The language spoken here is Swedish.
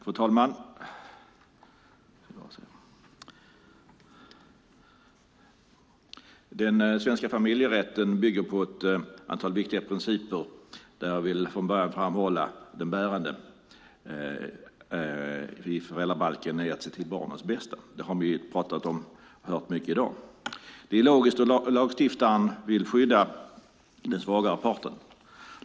Fru talman! Den svenska familjerätten bygger på ett antal viktiga principer. Jag vill från början framhålla att den bärande i föräldrabalken är att se till barnets bästa. Det har vi hört mycket om i dag. Det är logiskt då lagstiftaren vill skydda den svagare parten.